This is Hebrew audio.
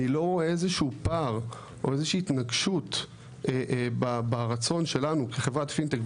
אני לא רואה איזשהו פער או איזושהי התנגשות ברצון שלנו כחברת פינטק,